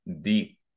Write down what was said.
Deep